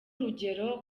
urugero